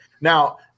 Now